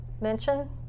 mention